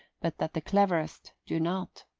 but that the cleverest do not.